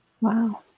Wow